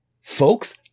folks